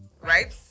Right